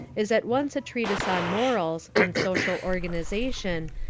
is at once a treatise on morals, on social organization,